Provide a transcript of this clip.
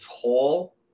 tall